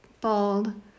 bald